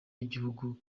y’igihugu